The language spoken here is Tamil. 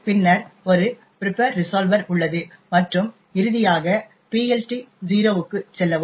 பின்னர் ஒரு பிரிப்பர் ரிசால்வர் உள்ளது மற்றும் இறுதியாக PLT0 க்கு செல்லவும்